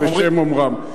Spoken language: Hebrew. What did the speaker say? בשם אומרם.